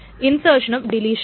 ഇൻസേർഷനും ഡെലീഷനും